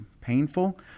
painful